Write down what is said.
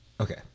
Okay